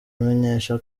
amenyesha